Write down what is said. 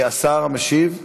השר המשיב?